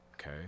okay